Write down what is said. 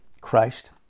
Christ